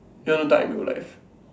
you want to dunk in real life